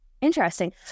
Interesting